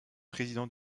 président